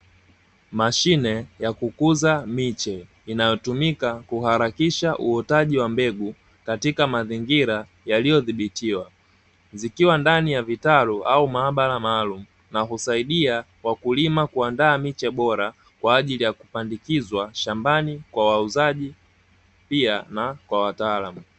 Mashine ya kukuza miche inayotumika kuharakisha uotaju wa mbegu katika mazingira yaliyodhibitiwa, zikiwa ndani ya vitalu au maabara maalum na husaidia wakulima kuandaa miche bora kwa ajili yakupandikizwa shambani kwa wauzaji pia na kwa wataalam.